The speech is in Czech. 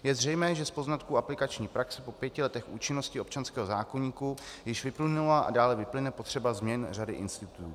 Je zřejmé, že z poznatků aplikační praxe po pěti letech účinnosti občanského zákoníku již vyplynula a dále vyplyne potřeba změn řady institutů.